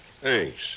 Thanks